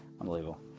unbelievable